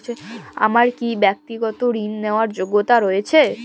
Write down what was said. আমার কী ব্যাক্তিগত ঋণ নেওয়ার যোগ্যতা রয়েছে?